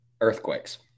Earthquakes